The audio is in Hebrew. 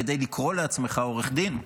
כדי לקרוא לעצמך עורך דין,